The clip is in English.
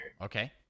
okay